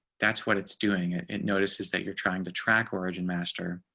that's what it's doing it notices that you're trying to track origin master.